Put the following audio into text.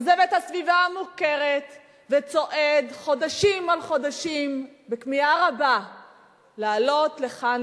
עוזב את הסביבה המוכרת וצועד חודשים על חודשים בכמיהה רבה לעלות לכאן,